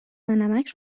نمک